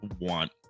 want